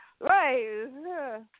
right